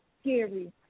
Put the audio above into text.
scary